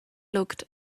looked